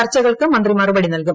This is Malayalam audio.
ചർച്ചകൾക്ക് മന്ത്രി മറുപടി നൽകും